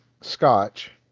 Scotch